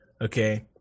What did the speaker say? Okay